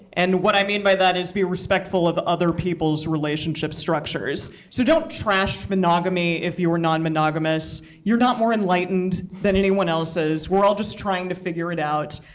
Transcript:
and what i mean by that is be respectful of other people's relationship structures. so don't trash monogamy if you are non-monogamous. you're not more enlightened than anyone else is. we're all just trying to figure it out.